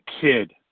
kid